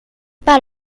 pas